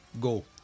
go